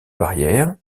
barrière